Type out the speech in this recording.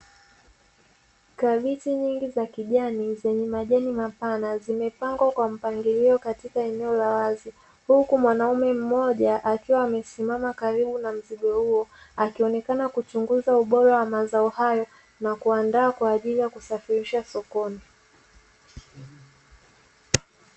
Kabichi nyingi za kijani, zenye majani mapana zimepangwa kwa mpangilio katika eneo la wazi huku kuna mwanaume mmoja akiwa amesimama karibu na mzigo huo akionekana kuchunguza ubora wa mazao hayo na kuandaa kwa ajili ya kusafirisha sokoni.